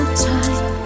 time